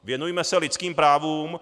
Věnujme se lidským právům.